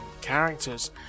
characters